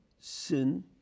sin